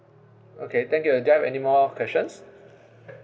okay thank you uh there any more questions